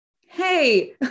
Hey